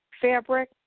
fabric